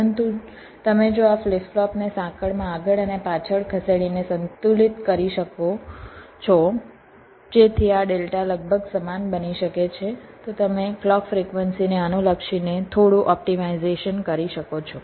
પરંતુ તમે જો આ ફ્લિપ ફ્લોપને સાંકળમાં આગળ અને પાછળ ખસેડીને સંતુલિત કરી શકો છો જેથી આ ડેલ્ટા લગભગ સમાન બની શકે છે તો તમે ક્લૉક ફ્રિક્વન્સીને અનુલક્ષીને થોડું ઓપ્ટિમાઇઝેશન કરી શકો છો